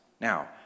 Now